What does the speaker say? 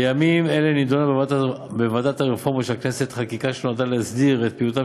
בימים אלה נדונה בוועדת הרפורמות של הכנסת חקיקה שנועדה להסדיר את פעילותן